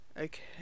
okay